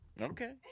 Okay